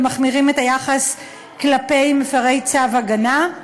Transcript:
ומחמירים את היחס כלפי מפרי צו הגנה.